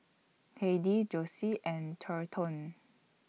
Heidy Josie and Thornton